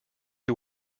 who